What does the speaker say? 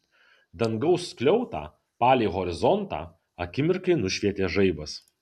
dangaus skliautą palei horizontą akimirkai nušvietė žaibas